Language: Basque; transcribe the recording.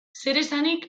zeresanik